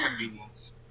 convenience